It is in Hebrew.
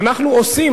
אנחנו עושים.